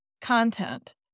content